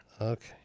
Okay